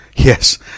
Yes